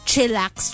Chillax